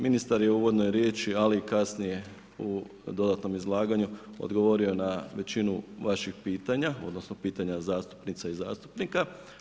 Ministar je u uvodnoj riječi, ali i kasnije u dodatnom izlaganju odgovorio na većinu vaših pitanja, odnosno pitanja zastupnica i zastupnika.